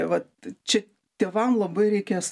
vat čia tėvam labai reikės